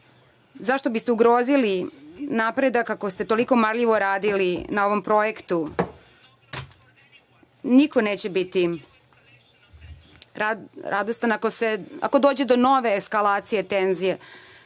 Zašto biste ugrozili napredak ako ste toliko marljivo radili na ovom projektu? Niko neće biti radostan ako dođe do nove eskalacije, tenzije.